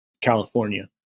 California